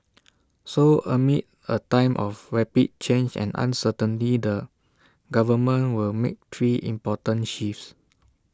so amid A time of rapid change and uncertainty the government will make three important shifts